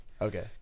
Okay